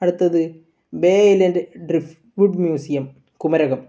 അടുത്തത് bay island drifted museum Kumarakom